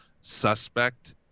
suspect